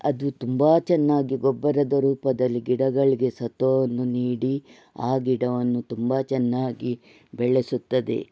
ಅದು ತುಂಬ ಚೆನ್ನಾಗಿ ಗೊಬ್ಬರದ ರೂಪದಲ್ಲಿ ಗಿಡಗಳಿಗೆ ಸತ್ವವನ್ನು ನೀಡಿ ಆ ಗಿಡವನ್ನು ತುಂಬ ಚೆನ್ನಾಗಿ ಬೆಳೆಸುತ್ತದೆ